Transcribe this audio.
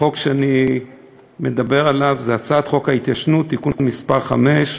החוק שאני מדבר עליו הוא הצעת חוק ההתיישנות (תיקון מס' 5),